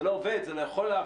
זה לא עובד, זה לא יכול לעבוד,